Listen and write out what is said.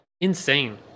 insane